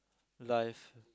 life